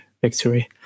victory